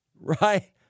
Right